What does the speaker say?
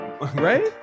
Right